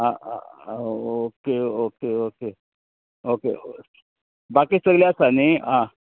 आं okay okay okay okay बाकी सगलें आसा न्हय आं